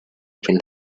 been